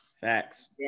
Facts